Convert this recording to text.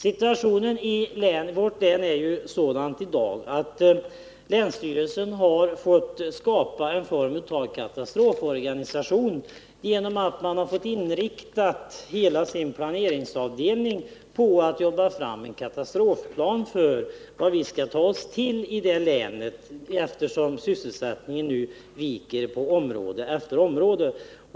Situationen i vårt län är i dag sådan att länsstyrelsen måst inrätta ett slags katastroforganisation. Länsstyrelsen har fått inrikta hela sin planeringsavdelning på att utarbeta en katastrofplan för vad vi skall göra i länet med anledning av att sysselsättningen nu viker på område efter område.